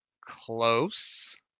close